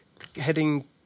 heading